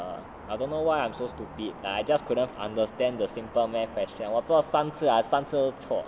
err I don't know why I'm so stupid but I just couldn't understand the simple math question 我做三次三次都错